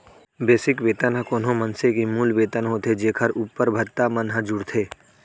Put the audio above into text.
basic वेतन ह कोनो मनसे के मूल वेतन होथे जेखर उप्पर भत्ता मन ह जुड़थे